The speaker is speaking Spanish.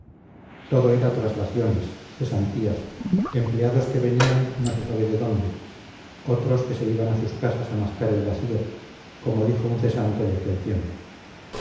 todo era traslaciones cesantías empleados que venían no se sabe de dónde otros que se iban a sus casas a mascar el vacío como dijo un cesante de aquel tiempo